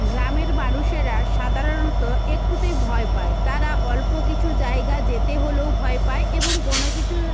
গ্রামের মানুষেরা সাধারণত একটুতেই ভয় পায় তারা অল্প কিছু জায়গা যেতে হলেও ভয় পায় এবং কোনো কিছু